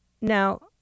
Now